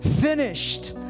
finished